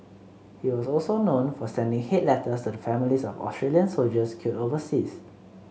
he was also known for sending hate letters to the families of Australian soldiers killed overseas